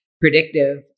predictive